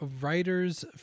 writers